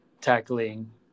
tackling